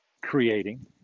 creating